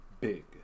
big